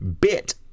bit